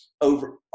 over